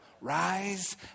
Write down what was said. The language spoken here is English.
rise